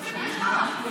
חבר הכנסת אלון טל.